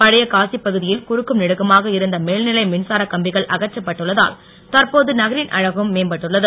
பழைய காசிப் பகுதியில் குறுக்கும் நெடுக்குமாக இருந்த மேல்நிலை மின்சார கம்பிகள் அகற்றப்பட்டுள்ள தால் தற்போது நகரின் அழகும் மேம்பட்டுள்ளது